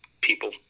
people